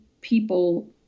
people